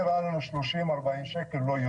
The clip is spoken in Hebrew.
נראה לנו ש-40-30 שקל, לא יותר.